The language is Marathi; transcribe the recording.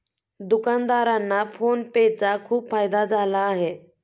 दुकानदारांना फोन पे चा खूप फायदा झाला आहे